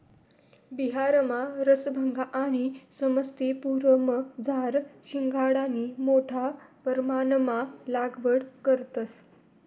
बिहारमा रसभंगा आणि समस्तीपुरमझार शिंघाडानी मोठा परमाणमा लागवड करतंस